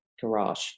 garage